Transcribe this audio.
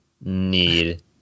need